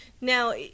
Now